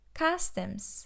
customs